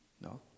no